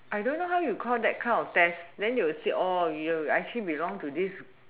I don't know how you call that kind of test then you will see you actually belong to this